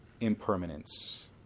impermanence